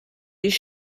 les